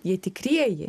jie tikrieji